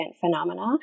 phenomena